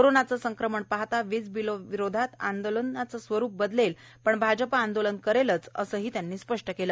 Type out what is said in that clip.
कोरोनाच संक्रमण पाहता वीजबीलाविरोधात आंदोलनाच स्वरुप बदलेल पण भाजप आंदोलन करेलच असेही त्यांनी स्पष्ट केल